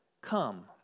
come